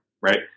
right